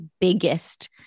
biggest